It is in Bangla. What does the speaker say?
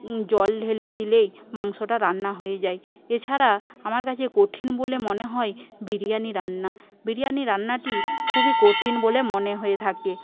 জল ঢেলে দিলেই মাংসটা রান্না হয়ে যায় এছাড়া আমার কাছে কঠিন বলে মনে হয় বিরিয়ানি রান্না বিরিয়ানি রান্নাটি খুবই কঠিন বলে মনে হয়ে থাকে